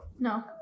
No